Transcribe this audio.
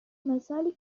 مثالی